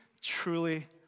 truly